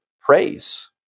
praise